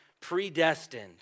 predestined